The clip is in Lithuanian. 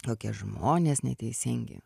kokie žmonės neteisingi